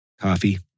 coffee